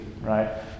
right